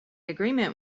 agreement